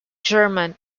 german